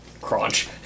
Crunch